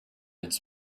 its